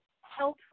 help